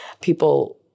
people